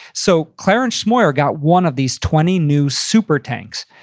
so clarence smoyer got one of these twenty new super tanks,